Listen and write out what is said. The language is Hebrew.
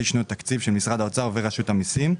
שנות תקציב של משרד האוצר ורשות המיסים.